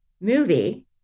movie